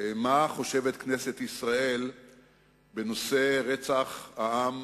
מה חושבת כנסת ישראל בנושא רצח העם